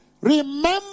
remember